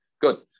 Good